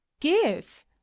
give